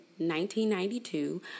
1992